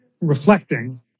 Reflecting